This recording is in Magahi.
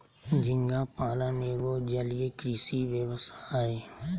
झींगा पालन एगो जलीय कृषि व्यवसाय हय